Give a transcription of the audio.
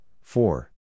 four